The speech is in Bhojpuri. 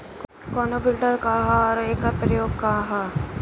कोनो विडर का ह अउर एकर उपयोग का ह?